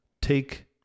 take